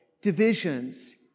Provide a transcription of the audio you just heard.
divisions